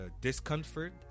discomfort